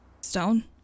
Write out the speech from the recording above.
stone